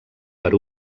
per